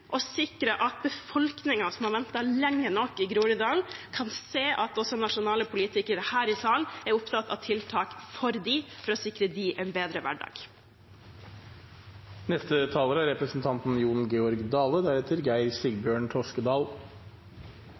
å sikre at befolkningen i Groruddalen, som har ventet lenge nok, kan se at også nasjonale politikere her i salen er opptatt av tiltak for dem, for å sikre dem en bedre hverdag.